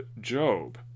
Job